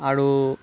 आरो